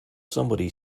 somebody